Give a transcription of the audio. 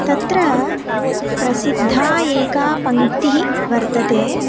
तत्र प्रसिद्धा एका पङ्क्तिः वर्तते